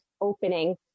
opening